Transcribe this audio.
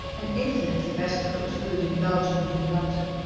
and infinitely better cooked food in belgium than in london.